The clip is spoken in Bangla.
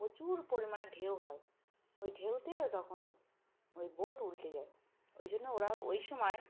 প্রচুর পরিমাণে ঢেউ হয় ওই ঢেউতে তখন ওই বোট উল্টে যায় ওই জন্য ওরা ওই সময়